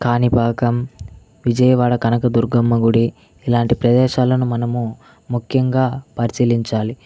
కాణిపాకం విజయవాడ కనకదుర్గమ్మ గుడి ఇలాంటి ప్రదేశాలను మనము ముఖ్యంగా పరిశీలించాలి